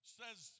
says